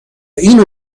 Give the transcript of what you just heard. اینو